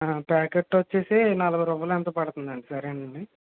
packet వచ్చేసి నలభై రూపాయలు ఎంతో పడుతుంది అండి సరే అండి